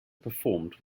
performed